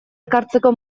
ekartzeko